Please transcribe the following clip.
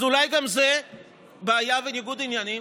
אז אולי גם זה בעיה וניגוד עניינים?